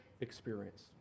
experience